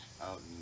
out